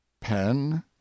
pen